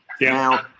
Now